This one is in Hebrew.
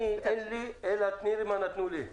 אני אין לי אלא מה נתנו לי.